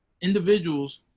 individuals